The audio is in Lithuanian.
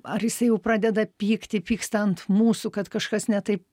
ar jisai jau pradeda pykti pyksta ant mūsų kad kažkas ne taip